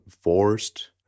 forced